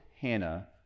Hannah